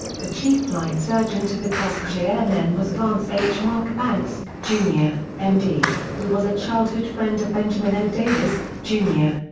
the chief flight surgeon to the tuskegee airmen was vance h. marchbanks, jr, m d, who was a childhood friend of benjamin o. davis, jr.